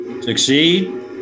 Succeed